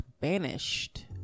banished